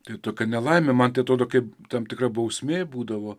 tai tokia nelaimė man tai atrodo kaip tam tikra bausmė būdavo